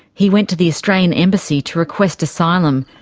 he went to the australian embassy to request asylum,